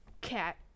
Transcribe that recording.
cat